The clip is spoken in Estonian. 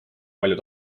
palju